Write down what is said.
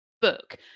book